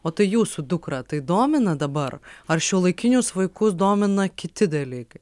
o tai jūsų dukrą tai domina dabar ar šiuolaikinius vaikus domina kiti dalykai